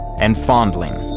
and fondling.